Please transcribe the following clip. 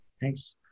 Thanks